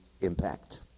impact